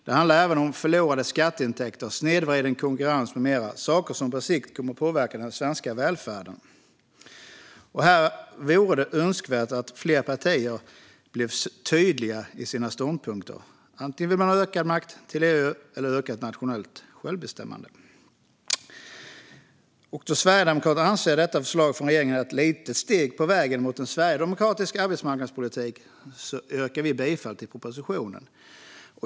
Det handlar även om förlorade skatteintäkter, snedvriden konkurrens med mera, saker som på sikt kommer att påverka den svenska välfärden. Här vore det önskvärt att fler partier blev tydliga i sina ståndpunkter. Vill man ha ökad makt till EU eller ökat nationellt självbestämmande? Då Sverigedemokraterna anser att detta förslag från regeringen är ett litet steg på vägen mot en sverigedemokratisk arbetsmarknadspolitik ställer vi oss bakom propositionen.